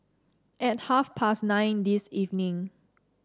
at half past nine this evening